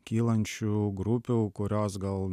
kylančių grupių kurios gal